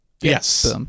yes